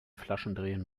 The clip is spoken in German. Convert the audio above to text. flaschendrehen